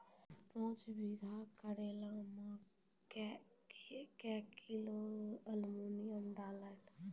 पाँच बीघा करेला मे क्या किलोग्राम एलमुनियम डालें?